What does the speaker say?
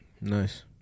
Nice